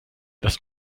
das